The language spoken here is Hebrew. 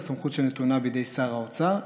זו סמכות שנתונה בידי שר האוצר.